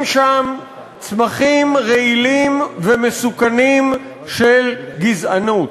שם צמחים רעילים ומסוכנים של גזענות.